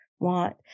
want